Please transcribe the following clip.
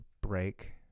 break